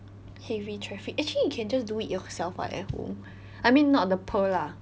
heavy traffic actually you can just do it yourself [what] at home I mean not the pearl lah